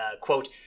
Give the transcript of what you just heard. quote